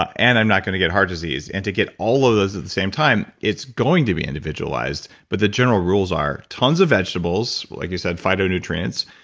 and i'm not going to get heart disease. and to get all of those at the same time, it's going to be individualized, but the general rules are, tons of vegetables, like you said, phytonutrients,